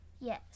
Yes